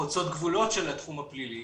חוצות גבולות של התחום הפלילי,